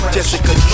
Jessica